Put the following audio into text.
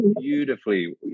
beautifully